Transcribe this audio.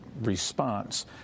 response